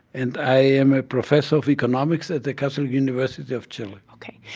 and i am a professor of economics at the catholic university of chile ok.